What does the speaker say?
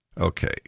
Okay